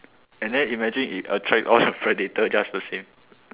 and then imagine if attract all the predator just the same